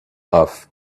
off